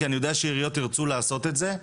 כי אני יודע שעיריות ירצו לעשות את זה.